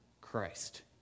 Christ